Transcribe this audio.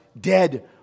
dead